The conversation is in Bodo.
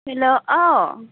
हेल्ल' औ